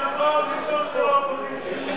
ניצחון ראשון של האופוזיציה.